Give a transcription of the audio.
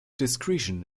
discretion